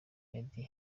meddy